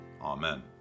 Amen